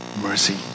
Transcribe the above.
mercy